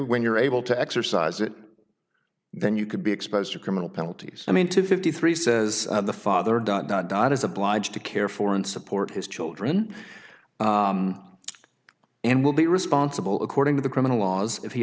when you're able to exercise it then you could be exposed to criminal penalties i mean to fifty three says the father dot dot dot is obliged to care for and support his children and will be responsible according to the criminal laws if he